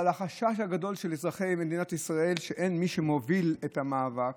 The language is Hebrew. אבל החשש הגדול של אזרחי מדינת ישראל הוא שאין מי שמוביל את המאבק,